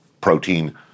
protein